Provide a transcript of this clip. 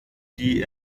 die